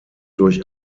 durch